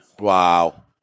Wow